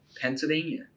Pennsylvania